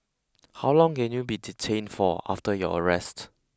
how long can you be detained for after your arrest